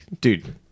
dude